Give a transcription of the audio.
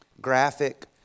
graphic